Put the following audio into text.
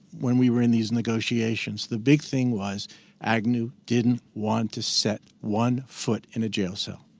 when we were in these negotiations, the big thing was agnew didn't want to set one foot in a jail cell.